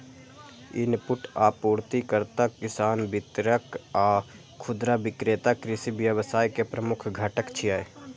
input आपूर्तिकर्ता, किसान, वितरक आ खुदरा विक्रेता कृषि व्यवसाय के प्रमुख घटक छियै